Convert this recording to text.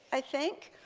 i think.